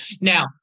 Now